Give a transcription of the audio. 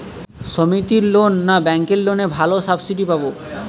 সমিতির লোন না ব্যাঙ্কের লোনে ভালো সাবসিডি পাব?